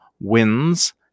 wins